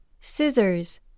Scissors